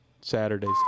Saturdays